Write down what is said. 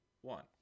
one